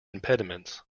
impediments